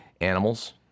animals